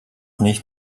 nicht